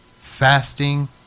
fasting